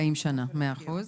40 שנה, 100 אחוז.